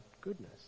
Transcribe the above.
goodness